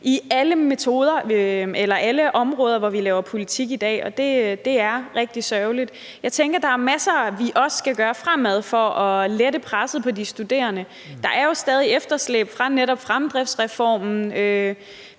på alle områder, hvor vi laver politik i dag, og det er rigtig sørgeligt. Jeg tænker, der er en masse, vi også skal gøre fremover for at lette presset på de studerende. Der er jo stadig efterslæb fra netop fremdriftsreformen.